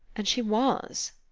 and she was.